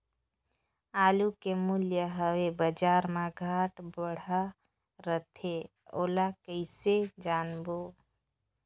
आलू के मूल्य हवे बजार मा घाट बढ़ा रथे ओला कइसे जानबो?